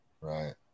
right